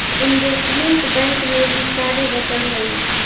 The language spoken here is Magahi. इनवेस्टमेंट बैंक में भी कार्य बंटल हई